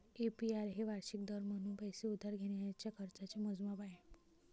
APR हे वार्षिक दर म्हणून पैसे उधार घेण्याच्या खर्चाचे मोजमाप आहे